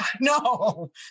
No